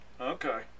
Okay